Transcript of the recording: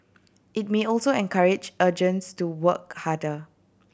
it may also encourage agents to work harder